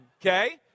Okay